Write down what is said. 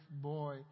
boy